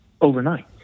overnight